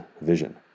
vision